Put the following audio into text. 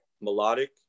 melodic